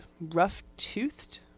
rough-toothed